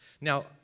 Now